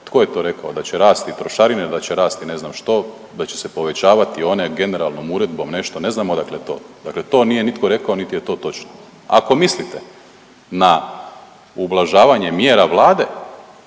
Tko je to rekao da će rasti trošarine, da će rasti ne znam što, da će se povećavati one generalnom uredbom nešto? Ne znam odakle to. Dakle, to nije nitko rekao niti je to točno. Ako mislite na ublažavanje mjera Vlade